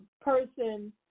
person